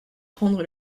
prendre